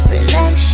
Relax